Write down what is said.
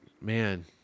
man